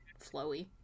flowy